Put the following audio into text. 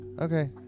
Okay